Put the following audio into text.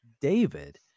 David